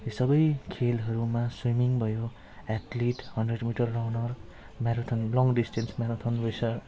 यो सबै खेलहरूमा स्विमिङ भयो athlete hundred metre runner marathon long distance marathon racer